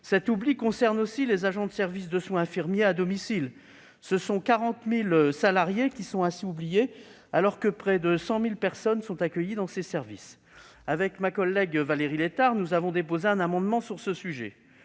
Cet oubli concerne aussi les agents de services de soins infirmiers à domicile : ce sont 40 000 salariés ainsi oubliés alors que près de 100 000 personnes sont accueillies dans ces services. Avec ma collègue Valérie Létard, nous avons déposé un amendement sur ce sujet.